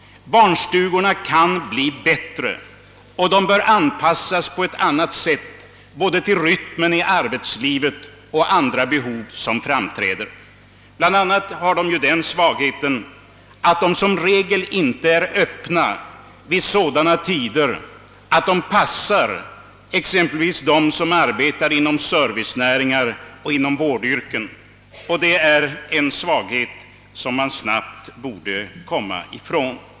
Barnstugorna kan bli bättre, och de bör anpassas på ett annat sätt, både till rytmen i arbetslivet och till andra behov som framträder. Bland annat har de den svagheten att de som regel inte är öppna vid sådana tider att de passar exempelvis dem som arbetar inom servicenäringar eller vårdyrken. Det är en svaghet som man snabbt borde komma ifrån.